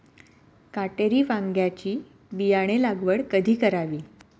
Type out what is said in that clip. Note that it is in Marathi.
काटेरी वांग्याची बियाणे लागवड कधी करावी?